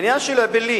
העניין של אעבלין,